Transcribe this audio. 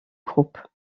groupe